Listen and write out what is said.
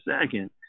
second